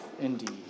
indeed